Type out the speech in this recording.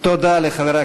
תודה לחברת